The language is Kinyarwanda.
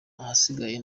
ahasigaye